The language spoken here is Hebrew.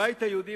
הבית היהודי,